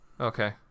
Okay